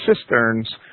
Cisterns